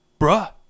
Bruh